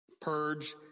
Purge